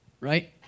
right